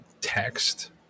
text